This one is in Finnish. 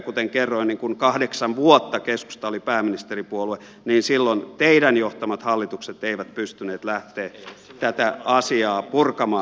kuten kerroin kun kahdeksan vuotta keskusta oli pääministeripuolue niin silloin teidän johtamanne hallitukset eivät pystyneet lähtemään tätä asiaa purkamaan